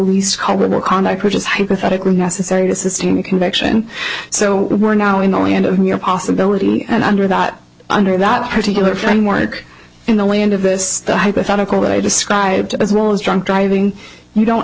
will conduct which is hypothetical necessary to sustain a conviction so we're now in the end of your possibility and under that under that particular time work in the land of this hypothetical that i described as well as drunk driving you don't